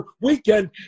weekend